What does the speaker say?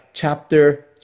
Chapter